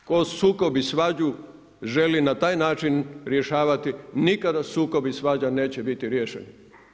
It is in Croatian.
Tko sukob i svađu želi na taj način rješavati, nikada sukob i svađa neće biti riješen.